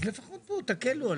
תקלו עליי.